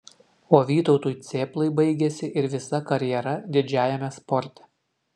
o vytautui cėplai baigėsi ir visa karjera didžiajame sporte